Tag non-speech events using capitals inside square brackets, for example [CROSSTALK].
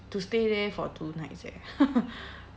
to stay there for two nights eh [NOISE]